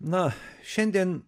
na šiandien